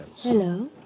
Hello